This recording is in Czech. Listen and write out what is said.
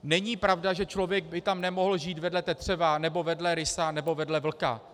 Není pravda, že člověk by tam nemohl žít vedle tetřeva nebo vedle rysa nebo vedle vlka.